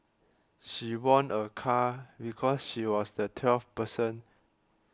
she won a car because she was the twelfth person